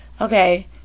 okay